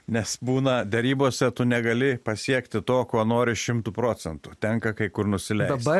nes būna derybose tu negali pasiekti to ko nori šimtu procentų tenka kai kur nusileist